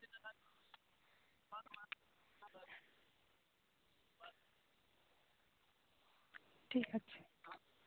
ᱴᱷᱤᱠ ᱟᱪᱷᱮ